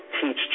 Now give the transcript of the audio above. teach